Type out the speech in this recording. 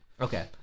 okay